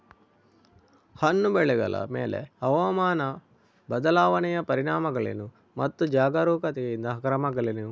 ಹಣ್ಣು ಬೆಳೆಗಳ ಮೇಲೆ ಹವಾಮಾನ ಬದಲಾವಣೆಯ ಪರಿಣಾಮಗಳೇನು ಮತ್ತು ಜಾಗರೂಕತೆಯಿಂದ ಕ್ರಮಗಳೇನು?